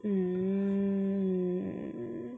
hmm